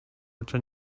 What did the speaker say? życia